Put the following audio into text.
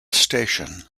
station